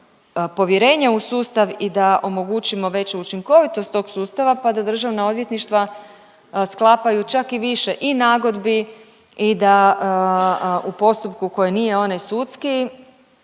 povjerenja u sustav i da omogućimo veću učinkovitost tog sustava pa da državna odvjetništva sklapaju čak i više i nagodbi i da u postupku koji nije onaj sudski